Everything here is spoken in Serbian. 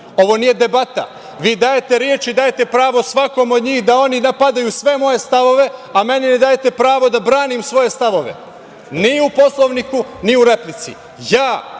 Ovo nije debata, vi dajete reči, dajete pravo svakome od njih da oni napadaju sve moje stavove, a meni ne dajete pravo da branim svoje stavove, ni u Poslovniku, ni u replici. Ja